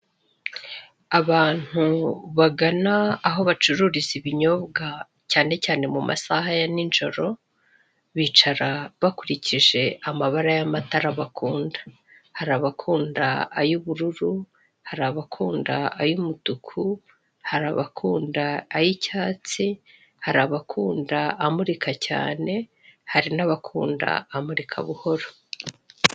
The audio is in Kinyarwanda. Abantu bagana aho bacururiza ibinyobwa cyane cyane mu masaha ya ninjoro bicara bakurikije amabara y'amatara bakunda, hari abakunda ay'ubururu, hari abakunda ay'umutuku, hari abakunda ay'icyatsi, hari abakunda amurika cyane, hari n'abakunda amurika buhoro.